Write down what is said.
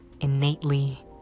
innately